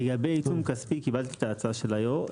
לגבי עיצום כספי קיבלתי את הצעת היו"ר.